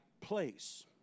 place